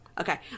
Okay